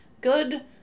good